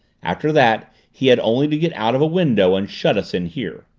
after that he had only to get out of a window and shut us in here.